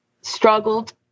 struggled